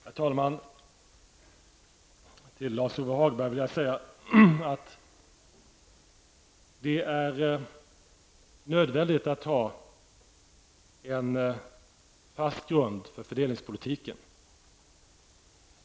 Herr talman! Till Lars-Ove Hagberg vill jag säga att det är nödvändigt att ha en fast grund för fördelningspolitiken.